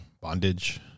bondage